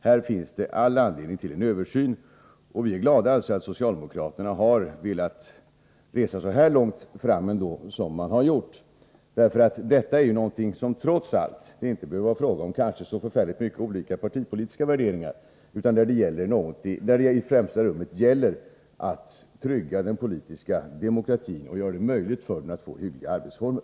Här finns det all anledning att göra en översyn, och vi är glada för att socialdemokraterna ändå har velat resa så långt fram som man har gjort. Detta är ju någonting där det trots allt inte behöver vara fråga om så mycket olika partipolitiska värderingar utan där det i främsta rummet gäller att trygga den politiska demokratin och göra det möjligt för den att få hyggliga arbetsformer.